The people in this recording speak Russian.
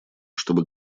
чтобы